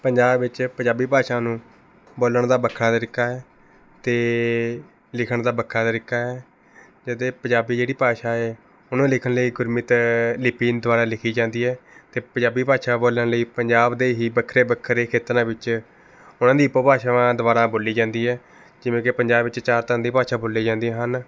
ਪੰਜਾਬ ਵਿੱਚ ਪੰਜਾਬੀ ਭਾਸ਼ਾ ਨੂੰ ਬੋਲਣ ਦਾ ਵੱਖਰਾ ਤਰੀਕਾ ਹੈ ਅਤੇ ਲਿਖਣ ਦਾ ਵੱਖਰਾ ਤਰੀਕਾ ਹੈ ਜਦ ਪੰਜਾਬੀ ਜਿਹੜੀ ਭਾਸ਼ਾ ਏ ਉਹਨੂੰ ਲਿਖਣ ਲਈ ਗੁਰਮਿਤ ਲਿਪੀ ਦੁਆਰਾ ਲਿਖੀ ਜਾਂਦੀ ਹੈ ਅਤੇ ਪੰਜਾਬੀ ਭਾਸ਼ਾ ਬੋਲਣ ਲਈ ਪੰਜਾਬ ਦੇ ਹੀ ਵੱਖਰੇ ਵੱਖਰੇ ਖੇਤਰਾਂ ਵਿੱਚ ਉਨ੍ਹਾਂ ਦੀ ਉਪਭਾਸ਼ਾਵਾਂ ਦੁਆਰਾ ਬੋਲੀ ਜਾਂਦੀ ਹੈ ਜਿਵੇਂ ਕਿ ਪੰਜਾਬ ਵਿੱਚ ਚਾਰ ਤਰ੍ਹਾਂ ਦੀ ਭਾਸ਼ਾ ਬੋਲੀ ਜਾਂਦੀਆਂ ਹਨ